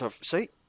See